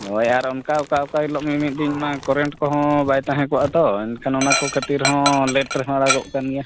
ᱦᱳᱭ ᱟᱨ ᱚᱱᱠᱟ ᱚᱠᱟ ᱚᱠᱟ ᱦᱤᱞᱳᱜ ᱫᱤᱱᱢᱟ ᱠᱟᱨᱮᱱᱴ ᱠᱚ ᱦᱚᱸ ᱵᱟᱭ ᱛᱟᱦᱮᱸ ᱠᱚᱜᱼᱟ ᱛᱚ ᱮᱱᱠᱷᱟᱱ ᱚᱱᱟ ᱠᱚ ᱠᱷᱟᱹᱛᱤᱨ ᱦᱚᱸ ᱞᱮᱴ ᱨᱮ ᱦᱚᱸ ᱟᱲᱟᱜᱚ ᱠᱟᱱ ᱜᱮᱭᱟ